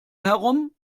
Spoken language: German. herum